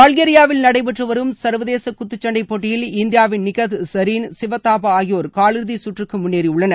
பல்கேரியாவில் நடைபெற்று வரும் சர்வதேச குத்துச்சன்டை போட்டியில் இந்தியாவின் நிக்கத் ஜரீன் ஷிவ தாபா ஆகியோர் காலிறுதி சுற்றுக்கு முன்னேறியுள்ளனர்